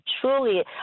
truly